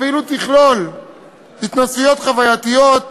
הפעילות תכלול התנסויות חווייתיות,